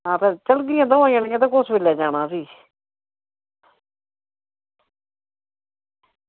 आं चलगियां दमें जनियां कअ'ऊ सबेल्ला जाना भी